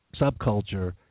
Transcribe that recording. subculture